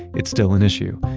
it's still an issue.